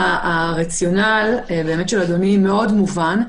הרציונל של אדוני מאוד מובן.